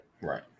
right